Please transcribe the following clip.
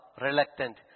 reluctant